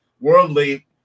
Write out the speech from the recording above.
worldly